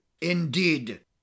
Indeed